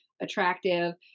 attractive